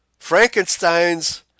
Frankensteins